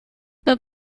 the